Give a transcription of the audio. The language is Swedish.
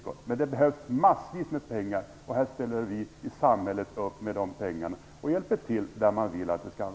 Men det behövs massvis med pengar, och här ställer vi i samhället upp med de pengarna och hjälper till där man vill ha den hjälpen.